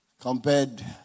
compared